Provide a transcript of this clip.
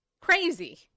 crazy